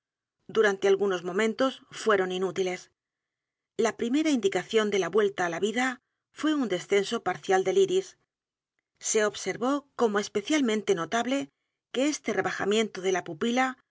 rante algunos momentos fueron inútiles la primera indicación de la vuelta á la vida f u é un descenso parcial del iris se observó como especialmente notable que este rebajamiento de la pupila